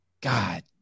God